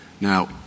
Now